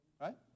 right